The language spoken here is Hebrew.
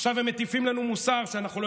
עכשיו הם מטיפים לנו מוסר שאנחנו לא